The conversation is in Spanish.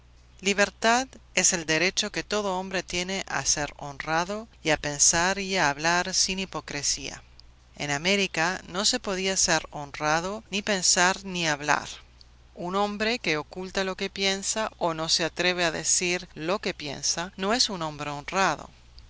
libertad es el derecho que todo hombre tiene a ser honrado y a pensar y a hablar sin hipocresía en américa no se podía ser honrado ni pensar ni hablar un hombre que oculta lo que piensa o no se atreve a decir lo que piensa no es un hombre honrado